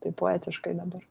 taip poetiškai dabar